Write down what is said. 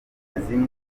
ndirimbo